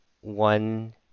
one